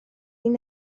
این